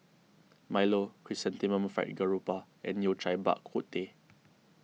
Milo Chrysanthemum Fried Garoupa and Yao Cai Bak Kut Teh